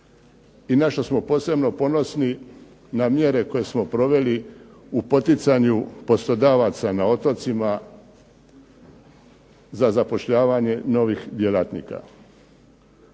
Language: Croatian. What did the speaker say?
i na što smo posebno ponosni, na mjere koje smo proveli u poticanju poslodavaca na otocima za zapošljavanje novih djelatnika.